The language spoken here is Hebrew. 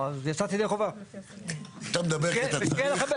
טוב שיש משפטנים שאומרים מה הדין,